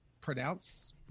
pronounce